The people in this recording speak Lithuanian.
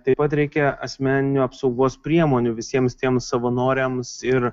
taip pat reikia asmeninių apsaugos priemonių visiems tiems savanoriams ir